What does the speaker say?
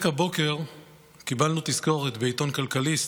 רק הבוקר קיבלנו תזכורת בעיתון כלכליסט,